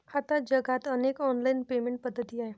आता जगात अनेक ऑनलाइन पेमेंट पद्धती आहेत